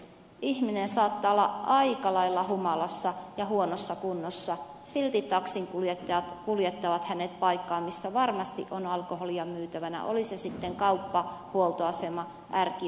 ihminen saattaa olla aika lailla humalassa ja huonossa kunnossa silti taksinkuljettajat kuljettavat hänet paikkaan missä varmasti on alkoholia myytävänä oli se sitten kauppa huoltoasema tai r kioski